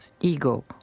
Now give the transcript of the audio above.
ego